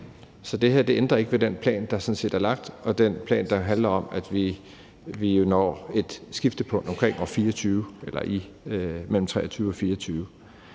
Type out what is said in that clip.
Så det her ændrer ikke ved den plan, der sådan set er lagt, og den plan, der handler om, at vi når et skiftepunkt mellem 2023 og 2024.